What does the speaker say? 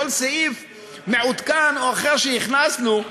כל סעיף מעודכן או אחר שהכנסנו,